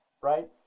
Right